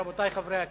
רבותי חברי הכנסת,